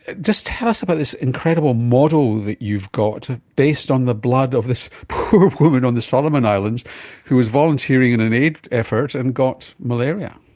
just tell us about this incredible model that you've got based on the blood of this poor woman on the solomon islands who was volunteering in an aid effort and got malaria.